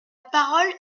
parole